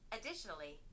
Additionally